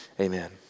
amen